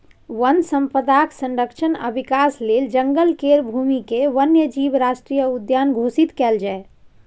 वन संपदाक संरक्षण आ विकास लेल जंगल केर भूमिकेँ वन्य जीव राष्ट्रीय उद्यान घोषित कएल जाए